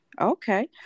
Okay